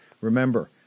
Remember